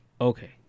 Okay